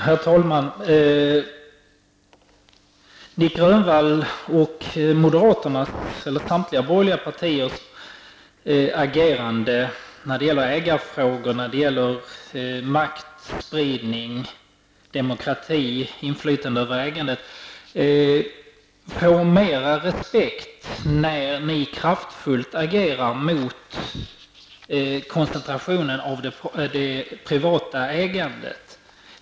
Herr talman! Nic Grönvall och de borgerliga partiernas agerande när det gäller ägarfrågor och maktspridning, demokrati och inflytande över ägandet får mer respekt när ni kraftfullt agerar mot koncentrationen av det privata ägandet.